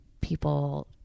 people